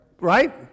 right